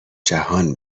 جهان